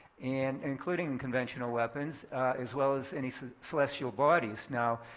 and including conventional weapons as well as any celestial bodies? now,